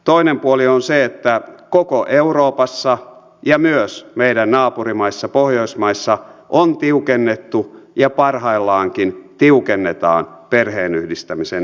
toinen puoli on se että koko euroopassa ja myös meidän naapurimaissamme pohjoismaissa on tiukennettu ja parhaillaankin tiukennetaan perheenyhdistämisen ehtoja